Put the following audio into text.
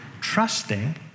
trusting